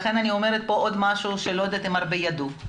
לכן אני אומרת כאן עוד משהו שאני לא יודעת אם הרבה יודעים זאת.